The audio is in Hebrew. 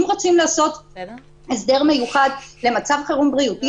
אם רוצים לעשות הסדר מיוחד למצב חירום בריאותי,